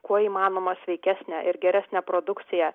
kuo įmanoma sveikesnę ir geresnę produkciją